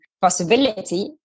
possibility